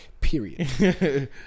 Period